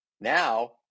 Now